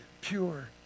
pure